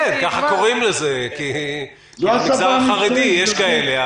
כך קוראים לזה כי במגזר החרדי יש כאלה,